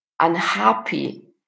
unhappy